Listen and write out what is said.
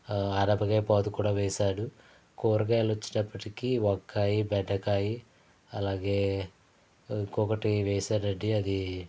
అనపకాయ పాదు కూడా వేశాను కూరగాయలు వచ్చేటప్పటికి వంకాయి బెండకాయి అలాగే ఇంకొకటి వేశానండి అది